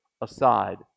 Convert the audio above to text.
aside